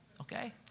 okay